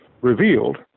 revealed